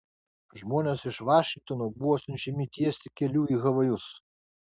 žmonės iš vašingtono buvo siunčiami tiesti kelių į havajus